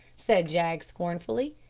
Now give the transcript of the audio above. said jaggs scornfully.